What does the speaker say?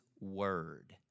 word